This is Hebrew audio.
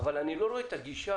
אבל אני לא רואה את הגישה,